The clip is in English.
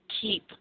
keep